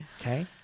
Okay